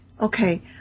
Okay